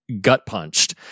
gut-punched